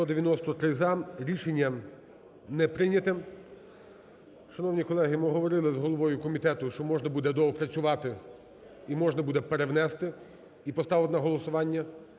За-193 Рішення не прийняте. Шановні колеги, ми говорили з головою комітету, що можна буде доопрацювати і можна буде перевнести і поставити на голосування.